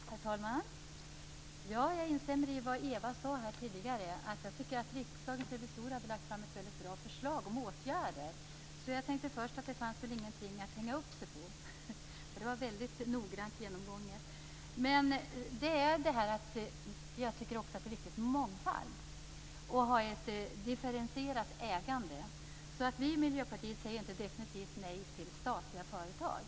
Herr talman! Jag instämmer i vad Eva Flyborg sade tidigare. Jag tyckte också att Riksdagens revisorer hade lagt fram ett väldigt bra förslag om åtgärder. Först tänkte jag att det fanns väl ingenting att hänga upp sig på, för det var väldigt noggrant genomgånget. Men det är just detta: att det är viktigt med mångfald och ett differentierat ägande. Vi i Miljöpartiet säger inte definitivt nej till statliga företag.